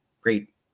great